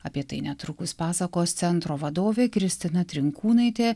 apie tai netrukus pasakos centro vadovė kristina trinkūnaitė